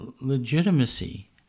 legitimacy